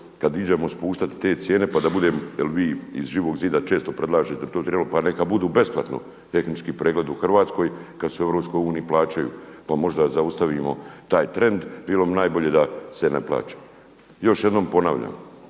kad iđemo spuštat te cijene pa da budem jel' vi iz Živog zida često predlažete to trebalo, pa neka budu besplatno tehnički pregled u Hrvatskoj, kada se u EU plaćaju pa možda zaustavimo taj trend, bilo bi najbolje da se ne plaća. Još jednom ponavljam,